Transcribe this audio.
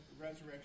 resurrection